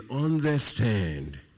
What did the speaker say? understand